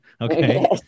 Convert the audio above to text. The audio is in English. Okay